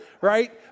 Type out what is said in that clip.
right